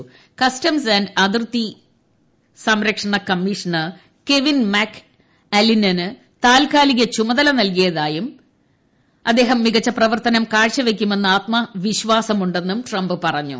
നികുതി അതിർത്തി സംരക്ഷണ കമ്മീഷണർ കെവിൻ മാക് അലിനന് താൽക്കാലിക ചുമതല നൽകിയതായും കെവിൻ മികച്ച പ്രവർത്തനം കാഴ്ചവയ്ക്കുമെന്ന് ആത്മവിശ്വാസമുണ്ടെന്നും ട്രംപ് പറഞ്ഞു